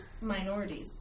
minorities